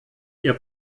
ihr